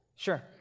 Sure